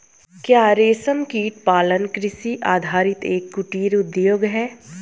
क्या रेशमकीट पालन कृषि आधारित एक कुटीर उद्योग है?